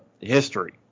history